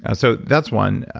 ah so that's one.